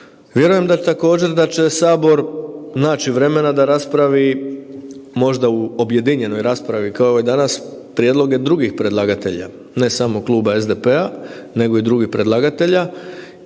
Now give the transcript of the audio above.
Vjerujem također da će sabor naći vremena da raspravi možda u objedinjenoj raspravi, kao ovoj danas, prijedloge drugih predlagatelja, ne samo Kluba SDP-a, nego i drugih predlagatelja